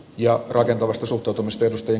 ja rakentavasta suhtautumisperusteen